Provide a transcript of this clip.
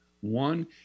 One